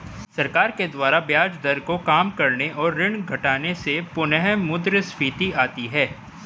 सरकार के द्वारा ब्याज दर को काम करने और ऋण घटाने से पुनःमुद्रस्फीति आती है